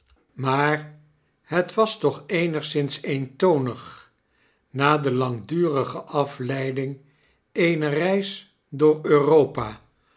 maar het was toch eenigszins eentonig na de langdurige afleiding eener reis door